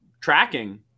tracking